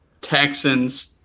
Texans